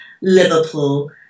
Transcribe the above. Liverpool